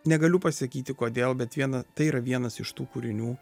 negaliu pasakyti kodėl bet viena tai yra vienas iš tų kūrinių